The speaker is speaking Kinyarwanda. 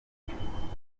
ishuri